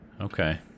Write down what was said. Okay